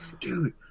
dude